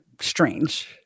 strange